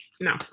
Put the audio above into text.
No